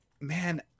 man